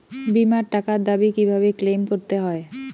বিমার টাকার দাবি কিভাবে ক্লেইম করতে হয়?